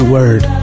Word